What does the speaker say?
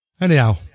anyhow